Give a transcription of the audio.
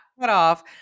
cutoff